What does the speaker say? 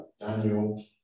Daniel